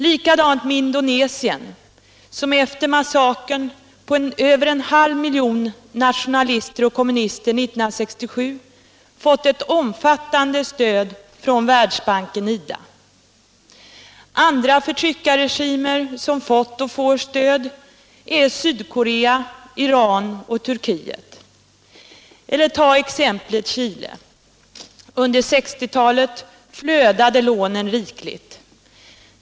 Likadant är det med Indonesien, som efter massakern på över en halv miljon nationalister och kommunister 1967 har fått ett omfattande stöd från Världsbanken och IDA. Andra förtryckarregimer som har fått och får stöd är Sydkorea, Iran och Turkiet. Eller tag exemplet Chile! Under 1960-talet flödade lånen rikligt.